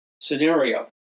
scenario